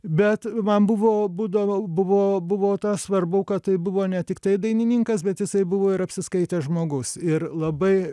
bet man buvo būdavo buvo buvo svarbu kad tai buvo ne tiktai dainininkas bet jisai buvo ir apsiskaitęs žmogus ir labai